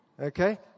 Okay